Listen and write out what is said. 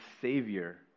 Savior